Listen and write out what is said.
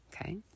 Okay